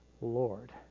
Lord